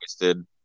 wasted